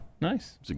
nice